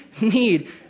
need